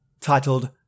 titled